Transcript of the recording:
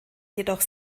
jedoch